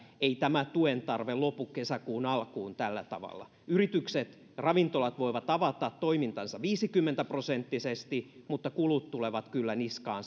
ei tämä tuen tarve lopu kesäkuun alkuun tällä tavalla yritykset ravintolat voivat avata toimintansa viisikymmentä prosenttisesti mutta kulut tulevat kyllä niskaan